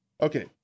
Okay